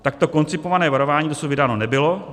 Takto koncipované varování dosud vydáno nebylo.